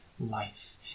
life